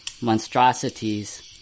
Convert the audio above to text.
monstrosities